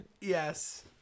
yes